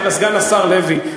סגן השר לוי,